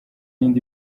indi